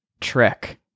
trick